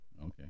Okay